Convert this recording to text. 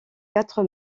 quatre